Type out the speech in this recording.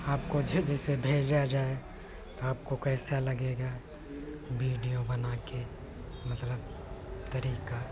आपको जो जैसे भेजा जाए आपको कैसा लगेगा वीडियो बनाकर मतलब तरीका